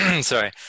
sorry